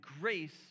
grace